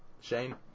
Shane